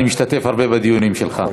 אני משתתף הרבה בדיונים שלך.